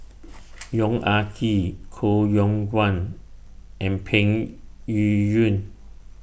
Yong Ah Kee Koh Yong Guan and Peng Yuyun